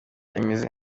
imizi